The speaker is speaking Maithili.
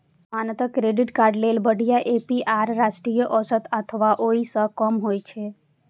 सामान्यतः क्रेडिट कार्ड लेल बढ़िया ए.पी.आर राष्ट्रीय औसत अथवा ओइ सं कम होइ छै